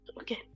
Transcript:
Okay